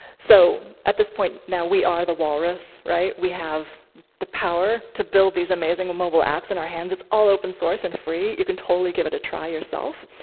so at this point now, we are the walrus. right? we have the power to build these amazing mobile apps in our hands. it's all open source and free. you can totally give it a try yourself.